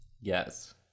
yes